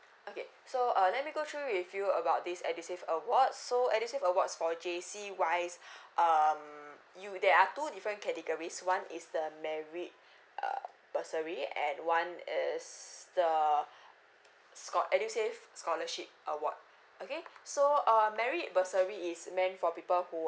okay so uh let me go through with you about this edusave awards so edusave awards for J_C wise um you there are two different categories one is the merit err bursary and one is the scho~ edusave scholarship award okay so uh merit bursary is meant for people who